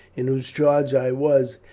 in whose charge i was,